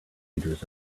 liters